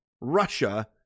Russia